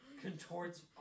Contorts